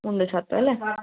മുണ്ടും ഷർട്ടും അല്ലേ